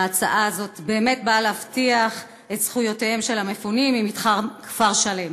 ההצעה הזאת באמת באה להבטיח את זכויותיהם של המפונים ממתחם כפר-שלם.